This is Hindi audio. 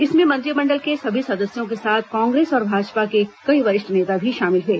इसमें मंत्रिमंडल के सभी सदस्यों के साथ कांग्रेस और भाजपा के कई वरिष्ठ नेता भी शामिल हुए